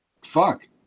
fuck